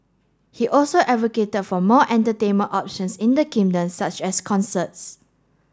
he also advocated for more entertainment options in the kingdom such as concerts